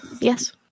yes